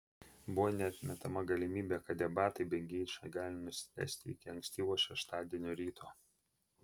buvo neatmetama galimybė kad debatai bei ginčai gali nusitęsti iki ankstyvo šeštadienio ryto